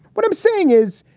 what i'm saying is,